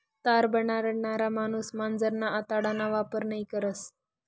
तार बनाडणारा माणूस मांजरना आतडाना वापर नयी करस